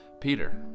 Peter